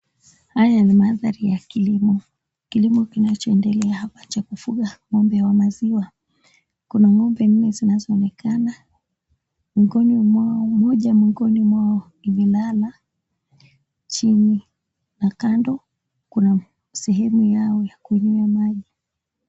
Haya ni mandhari ya kilimo. Kilimo kinachoendelea hapa cha kufuga ng'ombe wa maziwa. Kuna ng'ombe nne zinazoonekana. Moja miongoni mwao imelala chini na kando kuna sehemu yao ya kunywea maji.